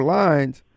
lines